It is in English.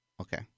Okay